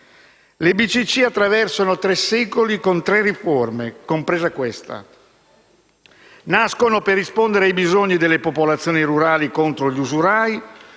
Le BCC attraversano tre secoli con tre riforme, compresa questa. Nascono per rispondere ai bisogni delle popolazioni rurali contro gli usurai.